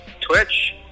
twitch